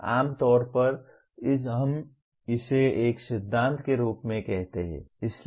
आम तौर पर हम इसे एक सिद्धांत के रूप में कहते हैं